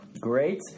Great